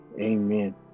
Amen